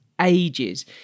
ages